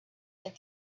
that